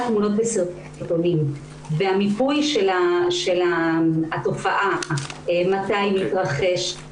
תמונות וסרטונים והמיפוי של התופעה מתי היא מתרחשת,